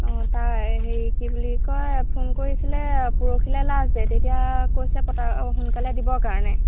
অঁ তাৰ এই হেৰি কি বুলি কয় ফোন কৰিছিলে পৰহিলৈ লাষ্ট ডেট এতিয়া কৈছে পতা সোনকালে দিবৰ কাৰণে